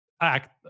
act